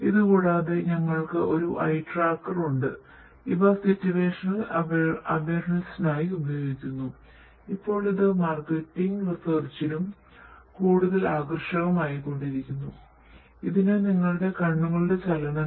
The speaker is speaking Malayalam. ഇതുകൂടാതെ ഞങ്ങൾക്ക് ഒരു ഐ ട്രാക്കർ ഉള്ള ഉപകരണങ്ങൾ